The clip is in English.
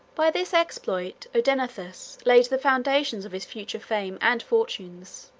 by this exploit, odenathus laid the foundations of his future fame and fortunes.